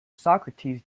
socrates